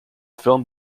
filmed